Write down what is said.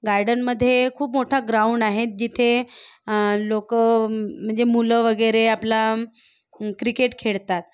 गार्डनमध्ये खूप मोठा ग्राउंड आहे जिथे लोक म्हणजे मुलं वगैरे आपला क्रिकेट खेळतात